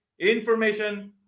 information